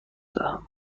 دهم